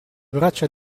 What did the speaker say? braccia